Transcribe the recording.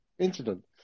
incident